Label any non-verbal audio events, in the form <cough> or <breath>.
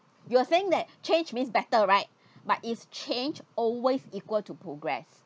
you were saying that change means better right <breath> but it's change always equal to progress